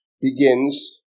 begins